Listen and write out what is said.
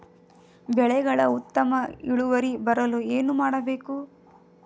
ಬೆಳೆಗಳ ಉತ್ತಮ ಇಳುವರಿ ಬರಲು ಏನು ಮಾಡಬೇಕು?